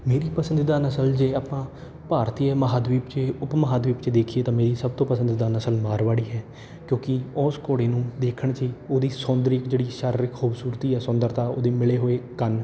ਮੇਰੀ ਪਸੰਦੀਦਾ ਨਸਲ ਜੇ ਆਪਾਂ ਭਾਰਤੀਏ ਮਹਾਂਦੀਪ 'ਚ ਉਪ ਮਹਾਂਦੀਪ 'ਚ ਦੇਖੀਏ ਤਾਂ ਮੇਰੀ ਸਭ ਤੋਂ ਪਸੰਦੀਦਾ ਨਸਲ ਮਾਰਵਾੜੀ ਹੈ ਕਿਉਂਕਿ ਉਸ ਘੋੜੇ ਨੂੰ ਦੇਖਣ 'ਚ ਉਹਦੀ ਸੌਂਦਰੀ ਜਿਹੜੀ ਸ਼ਾਰੀਰਿਕ ਖ਼ੂਬਸੂਰਤੀ ਹੈ ਸੁੰਦਰਤਾ ਉਹਦੀ ਮਿਲੇ ਹੋਏ ਕੰਨ